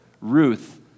Ruth